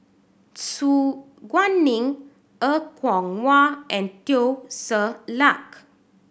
Su Guaning Er Kwong Wah and Teo Ser Luck